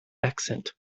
accent